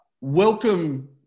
welcome